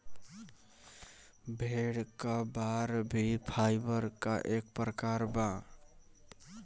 भेड़ी क बार भी फाइबर क एक प्रकार बा